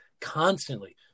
constantly